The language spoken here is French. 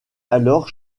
alors